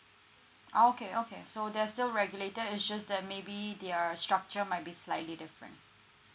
okay okay so they're still regulated it's just that maybe their structure might be slightly different